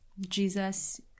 Jesus